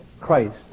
Christ